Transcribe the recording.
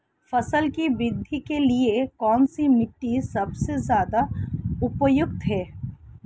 फसल की वृद्धि के लिए कौनसी मिट्टी सबसे ज्यादा उपजाऊ है?